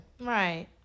Right